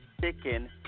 chicken